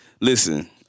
listen